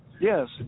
Yes